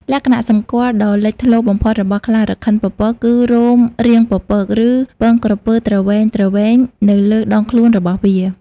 លក្ខណៈសម្គាល់ដ៏លេចធ្លោបំផុតរបស់ខ្លារខិនពពក គឺ រោមរាងពពក ឬពងក្រពើទ្រវែងៗនៅលើដងខ្លួនរបស់វា។